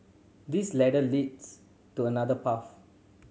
this ladder leads to another path